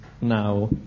now